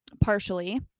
Partially